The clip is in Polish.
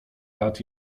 lat